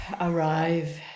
arrive